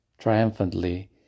triumphantly